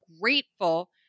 grateful